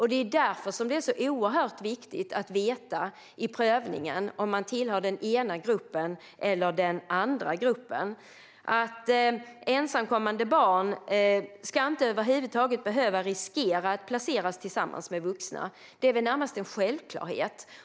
Det är därför det är så oerhört viktigt att veta i prövningen om någon tillhör den ena eller den andra gruppen. Ensamkommande barn ska över huvud taget inte behöva riskera att placeras tillsammans med vuxna. Det är närmast en självklarhet.